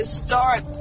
start